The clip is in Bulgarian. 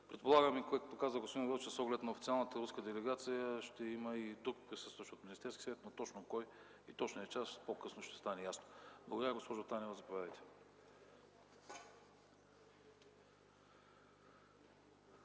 Предполагам (което каза господин Велчев – с оглед на официалната руска делегация), че ще има и тук присъстващ от Министерския съвет, но точно кой и точният час – по-късно ще стане ясно. Благодаря. Госпожо Танева, заповядайте.